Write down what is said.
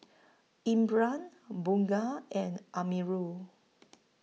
Imran Bunga and Amirul